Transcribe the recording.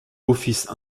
offices